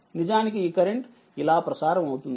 నిజానికిఈ current ఇలా ప్రసారం అవుతుంది